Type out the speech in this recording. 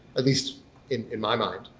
at least in in my mind,